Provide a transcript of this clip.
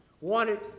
wanted